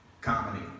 comedy